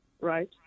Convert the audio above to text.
Right